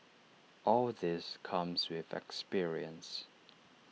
all this comes with experience